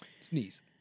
Sneeze